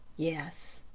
yes.